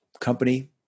company